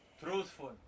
truthful